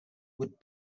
would